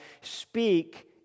speak